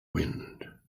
wind